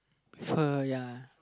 with her ya